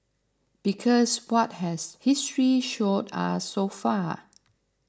because what has history showed us so far